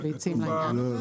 רלוונטי.